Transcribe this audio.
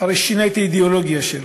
הרי שינה את האידיאולוגיה שלו.